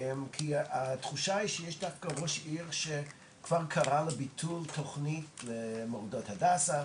התחושה היא שיש דווקא ראש עיר שכבר קרא לביטול תוכנית למורדות הדסה,